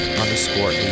underscore